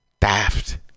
daft